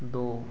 दो